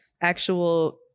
actual